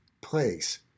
place